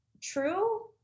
true